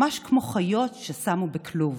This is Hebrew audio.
ממש כמו חיות ששמו בכלוב.